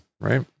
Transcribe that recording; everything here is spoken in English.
right